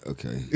Okay